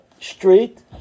street